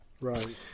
Right